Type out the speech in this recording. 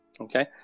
Okay